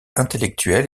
intellectuelle